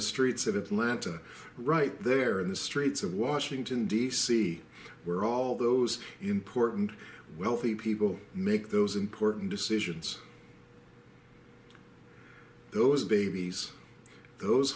the streets of atlanta right there in the streets of washington d c where all those important wealthy people make those important decisions those babies those